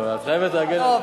אני לא יכול, את חייבת להגן עלי.